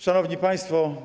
Szanowni Państwo!